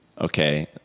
okay